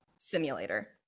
simulator